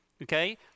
Okay